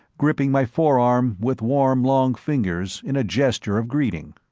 gripping my forearm with warm long fingers in a gesture of greeting.